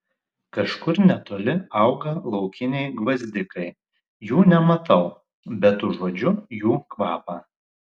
kažkur netoli auga laukiniai gvazdikai jų nematau bet užuodžiu jų kvapą